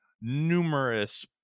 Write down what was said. numerous